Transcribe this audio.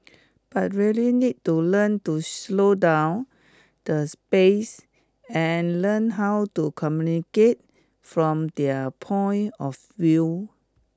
but really need to learn to slow down the space and learn how to communicate from their point of view